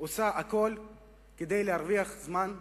עושה הכול כדי להרוויח זמן,